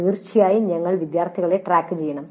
തീർച്ചയായും ഞങ്ങൾ വിദ്യാർത്ഥികളെ ട്രാക്കുചെയ്യണം